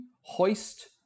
hoist